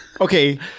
Okay